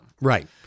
Right